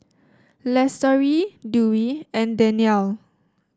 Lestari Dewi and Danial